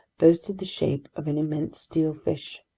boasted the shape of an immense steel fish.